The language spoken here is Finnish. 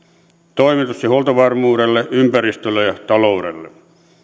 toimitus ja huoltovarmuudelle ympäristölle ja taloudelle